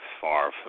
far